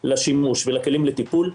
לשימוש ולכלים לטיפול,